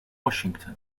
washington